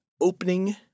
opening